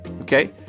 Okay